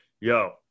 Yo